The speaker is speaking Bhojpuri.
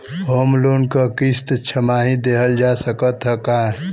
होम लोन क किस्त छमाही देहल जा सकत ह का?